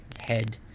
head